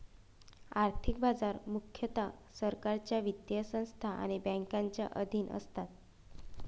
आर्थिक बाजार मुख्यतः सरकारच्या वित्तीय संस्था आणि बँकांच्या अधीन असतात